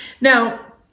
Now